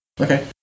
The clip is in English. Okay